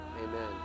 Amen